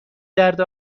درد